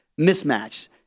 mismatch